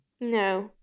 no